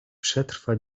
przetrwa